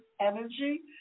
energy